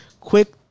quick